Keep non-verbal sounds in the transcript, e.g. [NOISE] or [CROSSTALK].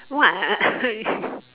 what lah [NOISE]